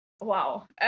Wow